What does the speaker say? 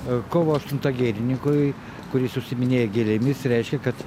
kovo aštunta gėlininkui kuris užsiiminėja gėlėmis reiškia kad